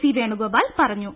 C Venugopal പറഞ്ഞു